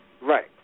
Right